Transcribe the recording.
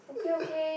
uh